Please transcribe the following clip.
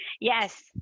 Yes